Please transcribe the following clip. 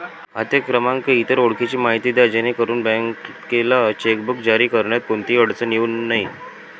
खाते क्रमांक, इतर ओळखीची माहिती द्या जेणेकरून बँकेला चेकबुक जारी करण्यात कोणतीही अडचण येऊ नये